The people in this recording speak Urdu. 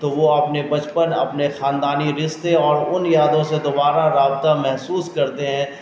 تو وہ اپنے بچپن اپنے خاندانی رستے اور ان یادوں سے دوبارہ رابطہ محسوس کرتے ہیں